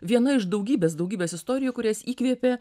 viena iš daugybės daugybės istorijų kurias įkvėpė